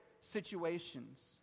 situations